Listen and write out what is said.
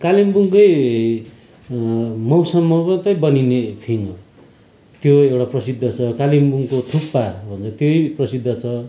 कालिम्पोङकै मौसममा मात्रै बनिने फिङ् हो त्यो एउटा प्रसिद्ध छ कालिम्पोङको थुक्पा भन्छ त्यही प्रसिद्ध छ